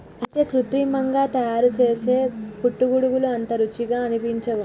అయితే కృత్రిమంగా తయారుసేసే పుట్టగొడుగులు అంత రుచిగా అనిపించవు